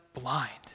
blind